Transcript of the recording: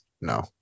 no